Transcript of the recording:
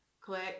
Click